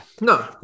No